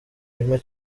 kimwe